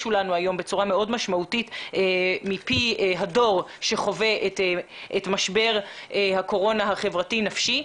לנו היום בצורה מאוד משמעותית הדור שחווה את משבר הקורונה החברתי נפשי.